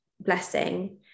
blessing